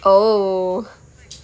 oh